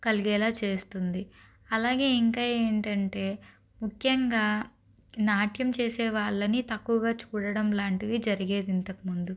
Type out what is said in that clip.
కలిగేలా చేస్తుంది అలాగే ఇంకా ఏమిటంటే ముఖ్యంగా నాట్యం చేసే వాళ్ళని తక్కువగా చూడడం లాంటివి జరిగేది ఇంతకుముందు